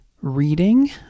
reading